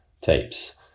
tapes